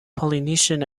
polynesian